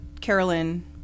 Carolyn